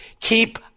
Keep